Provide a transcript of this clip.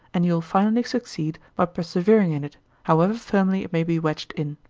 and you will finally succeed by persevering in it, however firmly it may be wedged in.